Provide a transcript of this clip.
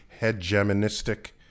hegemonistic